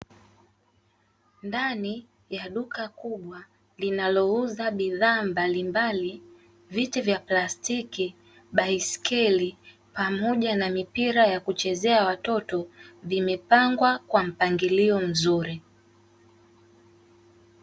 Ndani ya duka kubwa linalouza bidhaa mbalimbali, viti vya plastiki, baiskeli pamoja na mipira ya kuchezea watoto, vimepangwa kwa mpangilio mzuri.